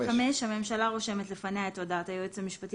סעיף 5. "5.הממשלה רושמת לפניה את הודעת היועץ המשפטי